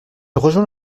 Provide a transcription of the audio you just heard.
rejoint